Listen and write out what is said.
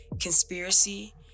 conspiracy